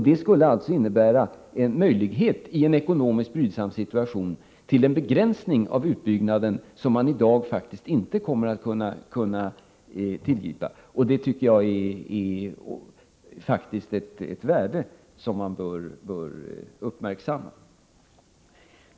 Det skulle alltså innebära en möjlighet, i en ekonomiskt brydsam situation, till en begränsning av utbyggnaden som man i dag faktiskt inte kommer att kunna tillgripa. Det tycker jag faktiskt är ett värde som man bör uppmärksamma.